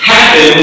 Happen